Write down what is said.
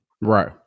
Right